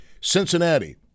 Cincinnati